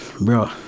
Bro